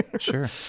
Sure